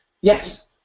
Yes